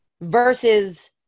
versus